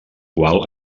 qual